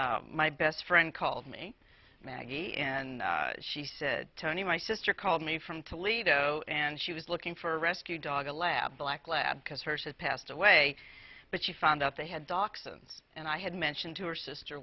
my best friend called me maggie and she said tony my sister called me from toledo and she was looking for a rescue dog a lab black lab because hers had passed away but she found out they had doc since and i had mentioned to her sister